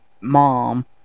mom